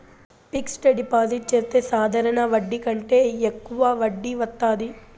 fixed deposit చెత్తే సాధారణ వడ్డీ కంటే యెక్కువ వడ్డీ వత్తాది